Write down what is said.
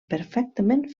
perfectament